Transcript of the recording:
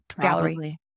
gallery